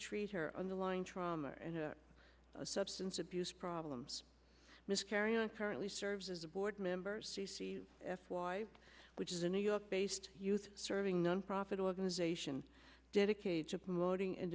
treat her underlying trauma and substance abuse problems miscarrying currently serves as a board member c c f y which is a new york based youth serving nonprofit organization dedicated to promoting and